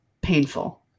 painful